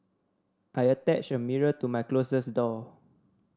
I attached a mirror to my closets door